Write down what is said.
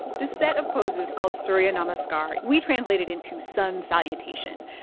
this set of poses called surya namaskar we translate it into sun salutation,